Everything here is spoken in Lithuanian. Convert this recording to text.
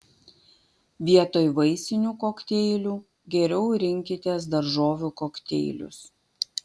vietoj vaisinių kokteilių geriau rinkitės daržovių kokteilius